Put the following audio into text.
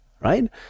right